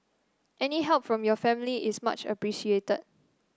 any help from your family is much appreciated